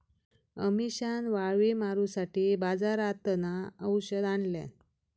अमिशान वाळवी मारूसाठी बाजारातना औषध आणल्यान